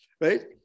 right